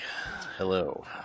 hello